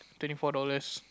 twenty four dollars